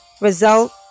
result